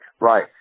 Right